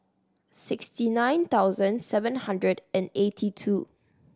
sixty nine thousand seven hundred and eighty two